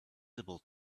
visible